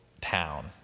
town